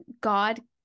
God